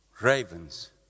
Ravens